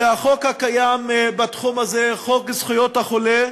שהחוק הקיים בתחום הזה, חוק זכויות החולה,